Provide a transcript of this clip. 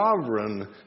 sovereign